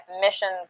missions